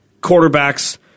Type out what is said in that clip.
quarterbacks